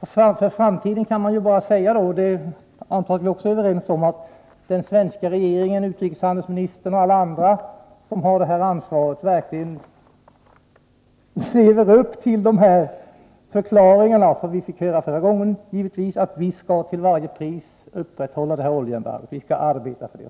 Inför framtiden kan man bara säga att — det antar jag att vi är överens om — den svenska regeringen, utrikeshandelsministern och andra som har ansvaret här verkligen skall leva upp till de förklaringar som vi fick höra förra gången, att vi till varje pris skall upprätthålla oljeembargot. Vi skall arbeta för det.